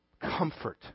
comfort